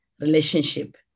relationship